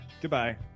Goodbye